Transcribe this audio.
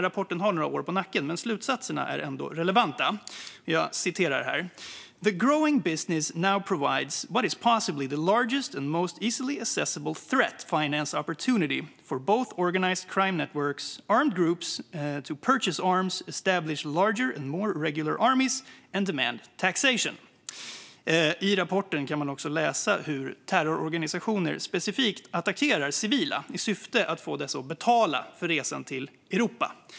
Rapporten har några år på nacken, men slutsatserna är ändå relevanta: This growing business now provides what is possibly the largest and most easily accessible threat finance opportunity for both organized crime networks and armed groups to purchase arms, establish larger and more regular armies, and demand taxation. I rapporten kan man också läsa hur terrororganisationer specifikt attackerar civila i syfte att få dessa att betala för resan till Europa.